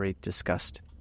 disgust